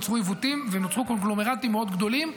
נוצרו עיוותים ונוצרו קונגלומרטים מאוד גדולים,